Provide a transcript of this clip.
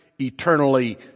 eternally